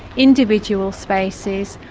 individual spaces,